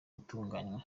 itunganywa